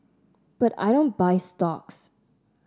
but I don't buy stocks